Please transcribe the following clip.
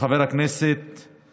התשפ"ב